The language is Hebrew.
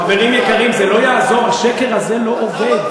חברים יקרים, זה לא יעזור, השקר הזה לא עובד.